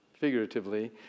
figuratively